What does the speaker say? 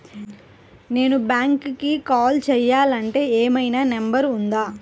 నేను బ్యాంక్కి కాల్ చేయాలంటే ఏమయినా నంబర్ ఉందా?